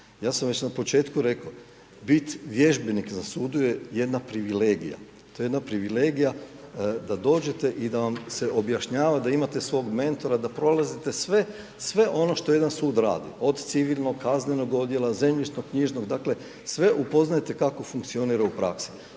Ja sam već na početku reko, bit biti vježbenik na sudu je jedna privilegija, to je jedna privilegija da dođete i da vam se objašnjava, da imate svog mentora, da prolazite sve, sve ono što jedan sud radi, od civilnog, kaznenog odjela, zemljišno-knjižnog, dakle sve upoznajete kako funkcionira u praksi.